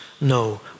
no